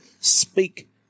speak